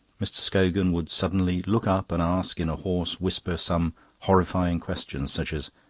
mr. scogan would suddenly look up and ask, in a hoarse whisper, some horrifying question, such as,